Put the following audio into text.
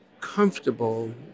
comfortable